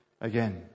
again